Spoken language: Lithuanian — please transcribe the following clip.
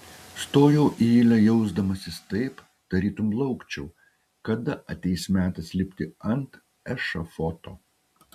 stojau į eilę jausdamasis taip tarytum laukčiau kada ateis metas lipti ant ešafoto